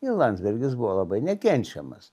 ir landsbergis buvo labai nekenčiamas